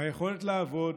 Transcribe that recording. מהיכולת לעבוד,